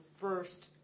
first